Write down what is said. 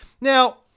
Now